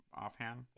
offhand